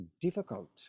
difficult